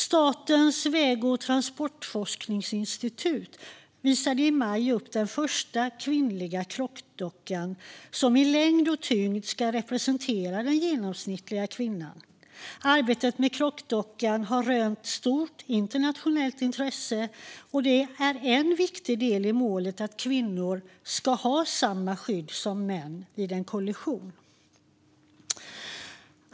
Statens väg och transportforskningsinstitut visade i maj upp den första kvinnliga krockdockan, som i längd och tyngd ska representera den genomsnittliga kvinnan. Arbetet med krockdockan har rönt stort internationellt intresse och är en viktig del i att nå målet att kvinnor ska ha samma skydd som män vid en kollision.